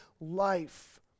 life